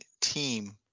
team